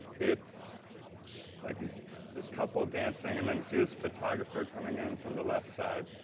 it's like this this couple dancing, and then you see this photographer coming in from the left side,